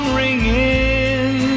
ringing